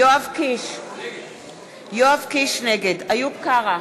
יואב קיש, נגד איוב קרא,